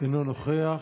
אינו נוכח.